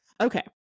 Okay